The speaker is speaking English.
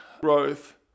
growth